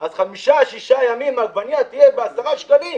אז חמישה-שישה עגבנייה תהיה ב-10 שקלים.